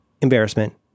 embarrassment